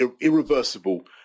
irreversible